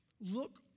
look